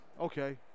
okay